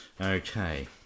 Okay